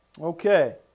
Okay